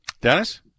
Dennis